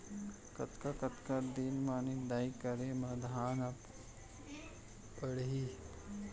कतका कतका दिन म निदाई करे म धान ह पेड़ाही?